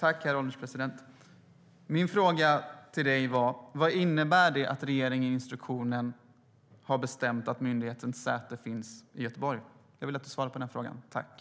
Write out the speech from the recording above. Herr ålderspresident! Min fråga till kulturministern var: Vad innebär det att regeringen i instruktionen har bestämt att myndighetens säte finns i Göteborg? Jag vill att du svarar på den frågan, kulturministern!